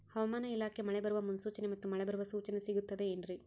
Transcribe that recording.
ಹವಮಾನ ಇಲಾಖೆ ಮಳೆ ಬರುವ ಮುನ್ಸೂಚನೆ ಮತ್ತು ಮಳೆ ಬರುವ ಸೂಚನೆ ಸಿಗುತ್ತದೆ ಏನ್ರಿ?